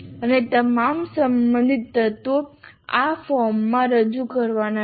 અને તમામ સંબંધિત તત્વો આ ફોર્મમાં રજૂ કરવાના રહેશે